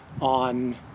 on